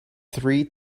three